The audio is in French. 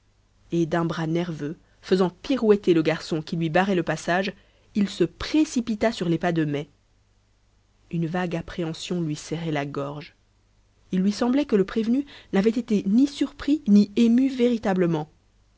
et d'un bras nerveux faisant pirouetter le garçon qui lui barrait le passage il se précipita sur les pas de mai une vague appréhension lui serrait la gorge il lui semblait que le prévenu n'avait été ni surpris ni ému véritablement